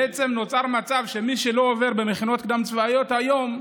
בעצם נוצר מצב שמי שלא עובר במכינות קדם-צבאיות היום,